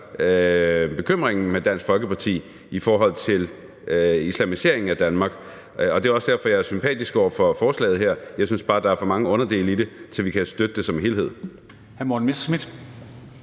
bekymringen med Dansk Folkeparti i forhold til islamiseringen af Danmark. Det er også derfor, at jeg er sympatisk indstillet over for forslaget her, men jeg synes bare, at der er for mange underdele i det, til at vi kan støtte det i sin helhed.